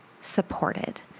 supported